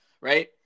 right